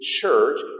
Church